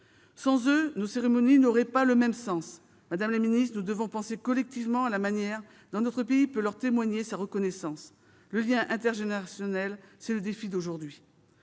Sans eux, nos cérémonies n'auraient pas le même sens. Madame la secrétaire d'État, nous devons penser collectivement à la manière dont notre pays peut leur témoigner sa reconnaissance. Le lien intergénérationnel, c'est le défi d'aujourd'hui.